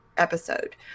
Episode